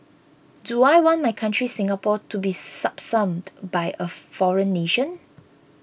do I want my country Singapore to be subsumed by a foreign nation